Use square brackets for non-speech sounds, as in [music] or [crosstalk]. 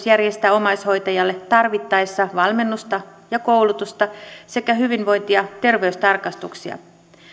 [unintelligible] järjestää omaishoitajalle tarvittaessa valmennusta ja koulutusta sekä hyvinvointi ja terveystarkastuksia